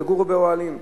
יגורו באוהלים.